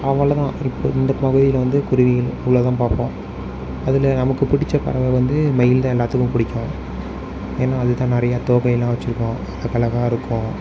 அவ்வளோதான் இப்போ இந்த பகுதியில் வந்து குருவி இவ்வளவுதான் பார்ப்போம் அதில் நமக்கு பிடிச்ச பறவை வந்து மயில் தான் எல்லாத்துக்கும் பிடிக்கும் ஏன்னால் அதுதான் நிறையா தோகையெல்லாம் வச்சுருக்கும் அழகாக இருக்கும்